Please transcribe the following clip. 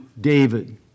David